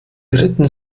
ritten